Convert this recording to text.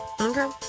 Okay